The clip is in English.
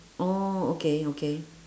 oh okay okay